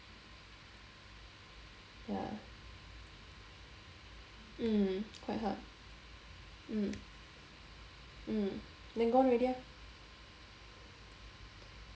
ya mm quite hard mm mm then gone already ah